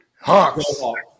Hawks